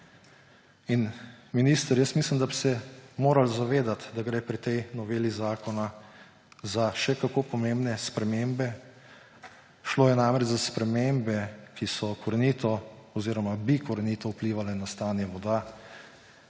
Minister, jaz mislim, da bi se morali zavedati, da gre pri tej noveli zakona za še kako pomembne spremembe. Šlo je namreč za spremembe, ki so korenito oziroma bi korenito vplivale na stanje voda